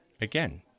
Again